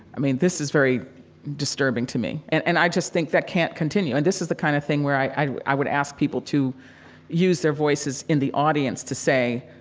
i mean, this is very disturbing to me. and and i just think that can't continue. and this is the kind of thing where i i would ask people to use their voices in the audience to say,